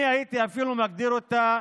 אני הייתי אפילו מגדיר אותה